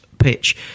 pitch